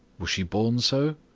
was she born so?